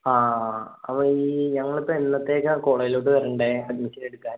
ആ അപ്പോൾ ഈ ഞങ്ങൾ ഇപ്പം എന്നത്തേക്കാണ് കോളേജിലോട്ട് വരേണ്ടത് അഡ്മിഷൻ എടുക്കാൻ